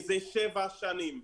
מזה שבע שנים.